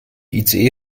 ice